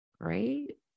Great